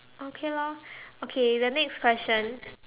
okay lor okay the next question